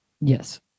Yes